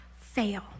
fail